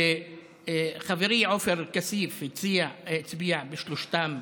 חברי עופר כסיף הצביע נגד בשלושתן,